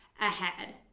ahead